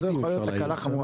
זה יכול להיות תקלה חמורה.